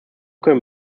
können